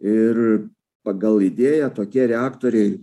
ir pagal idėją tokie reaktoriai